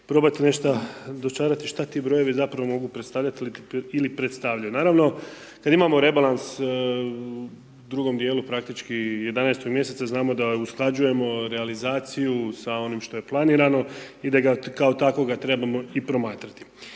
probati nešta dočarati šta ti brojevi zapravo mogu predstavljati ili predstavljaju. Naravno, kad imamo rebalans u drugom dijelu praktički 11. mjeseca znamo da usklađujemo realizaciju sa onim što je planirano i da ga kao takvoga trebamo i promatrati.